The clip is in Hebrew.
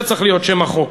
זה צריך להיות שם החוק.